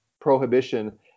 prohibition